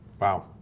Wow